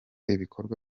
ibikorwa